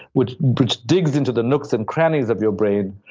which which digs into the nooks and crannies of your brain,